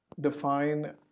define